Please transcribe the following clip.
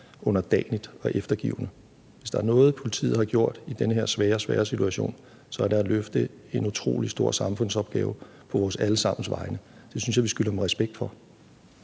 underdanigt og eftergivende. Hvis der er noget, politiet har gjort i den her svære, svære situation, er det løfte en utrolig stor samfundsopgave på vores alle sammens vegne. Det synes jeg vi skylder dem respekt for.